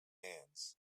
hands